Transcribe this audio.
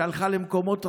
שהלכה למקומות רעים,